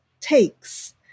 takes